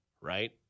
right